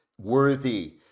worthy